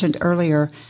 earlier